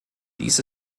dies